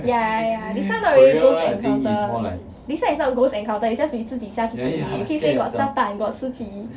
ya ya ya this one not really ghost encounter this one is not ghost encounter is just we 自己吓自己 keep saying got 炸弹 got 尸体